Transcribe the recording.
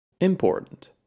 Important